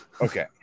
Okay